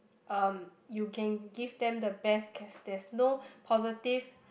um you can give them the best care there's no positive